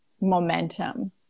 momentum